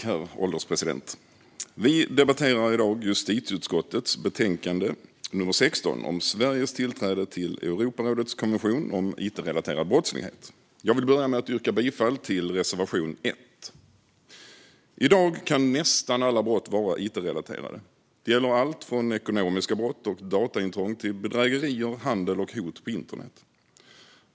Herr ålderspresident! Vi debatterar i dag justitieutskottets betänkande 16 om Sveriges tillträde till Europarådets konvention om it-relaterad brottslighet. Jag vill börja med att yrka bifall till reservation 1. I dag kan nästan alla brott vara it-relaterade. Det gäller allt från ekonomiska brott och dataintrång till bedrägerier, handel och hot på internet.